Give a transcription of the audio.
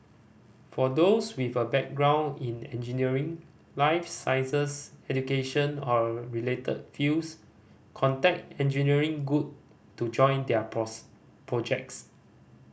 for those with a background in engineering life sciences education or related fields contact Engineering Good to join their projects